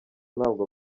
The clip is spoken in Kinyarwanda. ntabwo